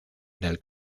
del